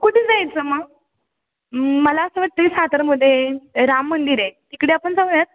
कुठे जायचं मग मला असं वाटत आहे तरी सातारामध्ये राम मंदिर आहे तिकडे आपण जाऊयात